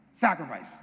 sacrifice